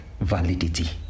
validity